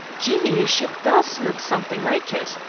jehosh! it does look something like it.